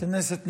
כנסת נכבדה,